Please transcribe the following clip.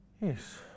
Yes